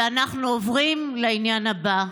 ואנחנו עוברים לעניין הבא,